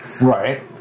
Right